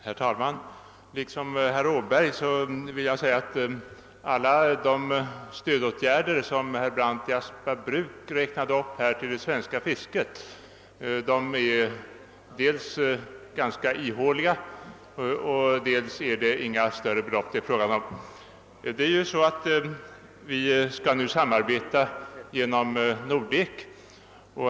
Herr talman! Liksom herr Åberg vill jag säga att alla de stödåtgärder för det svenska fisket som herr Brandt räknade upp dels är ganska ihåliga och dels inte gäller några större belopp. Vi skall nu samarbeta inom Nordek.